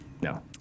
No